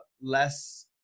less